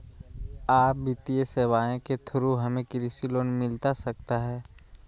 आ वित्तीय सेवाएं के थ्रू हमें कृषि लोन मिलता सकता है?